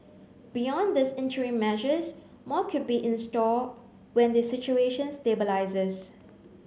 beyond these interim measures more could be in store when the situation stabilises